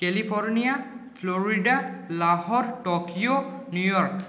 California Florida Lahore Tokyo New York